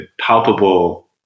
palpable